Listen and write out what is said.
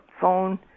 phone